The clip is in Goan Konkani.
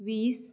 वीस